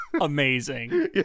amazing